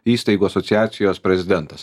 įstaigų asociacijos prezidentas